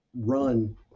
run